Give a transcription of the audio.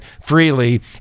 freely